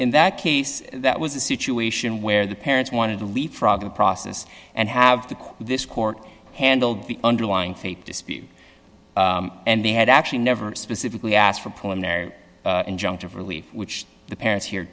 in that case that was a situation where the parents wanted to leapfrog the process and have this court handled the underlying fate dispute and they had actually never specifically asked for pulling their injunctive relief which the parents here